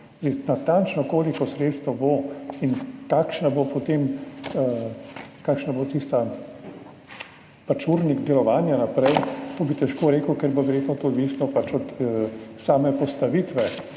biti. Natančno, koliko sredstev bo in kakšen bo potem tisti urnik delovanja naprej, to bi težko rekel, ker bo verjetno to odvisno pač od same postavitve